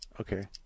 Okay